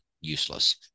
useless